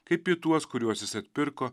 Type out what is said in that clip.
kaip į tuos kuriuos jis atpirko